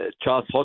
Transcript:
Charles